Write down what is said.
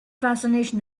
fascination